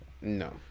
no